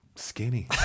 Skinny